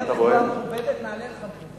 תדבר בצורה מכובדת, נענה לך מכובד.